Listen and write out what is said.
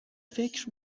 فکر